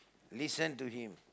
listen to him